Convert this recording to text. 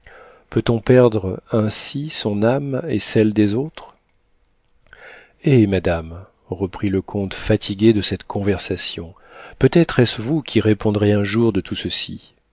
peut-on perdre ainsi son âme et celle des autres eh madame reprit le comte fatigué de cette conversation peut-être est-ce vous qui répondrez un jour de tout ceci